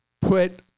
put